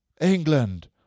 England